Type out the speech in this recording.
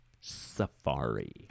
Safari